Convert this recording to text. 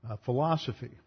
philosophy